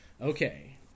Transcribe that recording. Okay